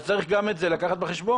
אז צריך גם את זה לקחת בחשבון,